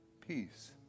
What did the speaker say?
peace